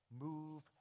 move